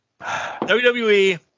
WWE